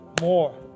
more